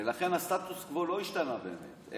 ולכן הסטטוס קוו לא השתנה באמת,